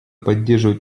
поддерживать